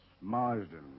Marsden